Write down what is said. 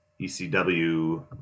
ECW